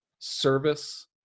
service